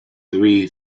three